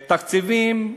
תקציבים,